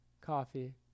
coffee